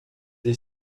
they